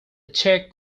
check